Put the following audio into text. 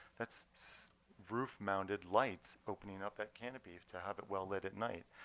that's roof mounted lights opening up that canopy to have it well lit at night.